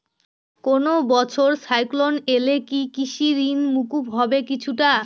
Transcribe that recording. কোনো বছর সাইক্লোন এলে কি কৃষি ঋণ মকুব হবে কিছুটা?